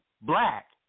black